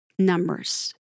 Numbers